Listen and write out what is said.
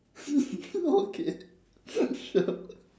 okay sure